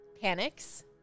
panics